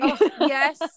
Yes